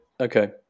Okay